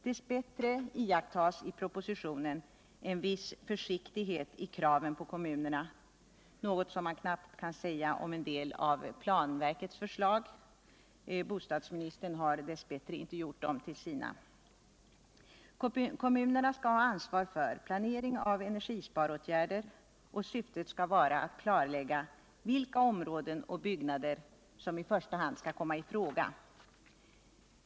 Dess bättre iakttas i propositionen en viss försiktighet i kraven på kommunerna, något som man knappt kan säga om cen del av planverkets förslag. Bostadsministern har dess bättre inte gjort dem till sina. Kommunerna skall ha ansvar för planering av energisparåtgärder, och syftet skall vara att klarlägga vilka områden och byggnader som i första hand skall komma i fråga.